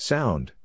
Sound